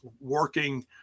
working